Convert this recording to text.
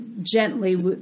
gently